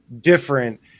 different